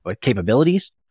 capabilities